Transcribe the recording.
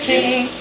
King